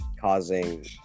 causing